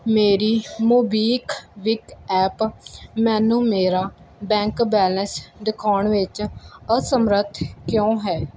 ਮੇਰੀ MobiKwik app ਮੈਨੂੰ ਮੇਰਾ ਬੈਂਕ ਬੈਲੇਂਸ ਦਿਖਾਉਣ ਵਿੱਚ ਅਸਮਰੱਥ ਕਿਉਂ ਹੈ